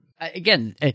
again